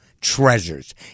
treasures